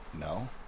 no